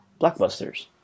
Blockbusters